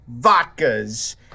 vodkas